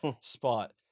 spot